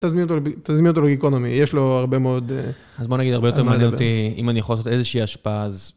תזמין אותו לGeekonomy, יש לו הרבה מאוד... אז בוא נגיד הרבה יותר מעניין אותי, אם אני יכול לעשות איזושהי השפעה אז...